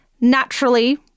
Naturally